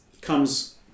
comes